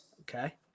Okay